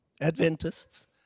Adventists